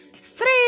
three